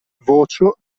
voĉo